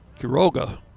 Kiroga